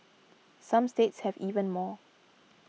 some states have even more